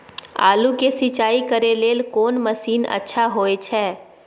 आलू के सिंचाई करे लेल कोन मसीन अच्छा होय छै?